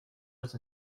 but